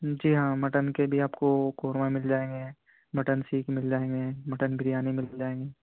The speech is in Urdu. جی ہاں مٹن کے بھی آپ کو قورمہ مل جائیں گے مٹن سیخ مل جائیں گے مٹن بریانی مل جائے گی